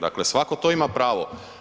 Dakle, svatko to ima pravo.